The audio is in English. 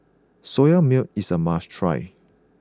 soya milk is a must try